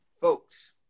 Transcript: folks